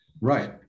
Right